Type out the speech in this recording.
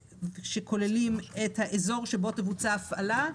שכוללים את האזור שבו תבוצע ההפעלה,